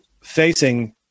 facing